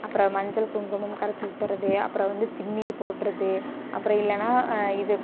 அப்புறம் மஞ்சள் குங்குமம் கரைச்சி ஊற்றறது அப்புறம் வந்து திருநீறு போடுறது அப்புறம் இல்லைனா இது